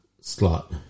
slot